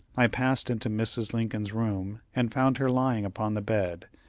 i passed into mrs. lincoln's room, and found her lying upon the bed,